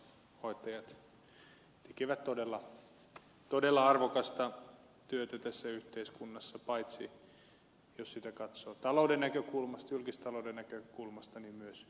omaishoitajat tekevät todella arvokasta työtä tässä yhteiskunnassa jos sitä katsoo paitsi julkistalouden näkökulmasta myös inhimillisesti